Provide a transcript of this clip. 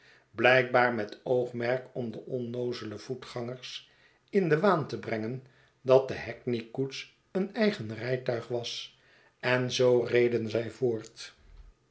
blijkbaar met oogmerk om de onnoozele voetgangers in den waan te brengen dat de hackney koets een eigen rijtuig was en zoo reden zij voort